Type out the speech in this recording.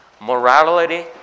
Morality